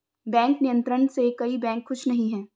bank नियंत्रण से कई बैंक खुश नही हैं